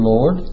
Lord